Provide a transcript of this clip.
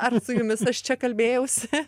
ar su jumis aš čia kalbėjausi